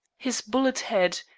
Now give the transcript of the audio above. his bullet head,